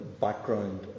background